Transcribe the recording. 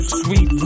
sweet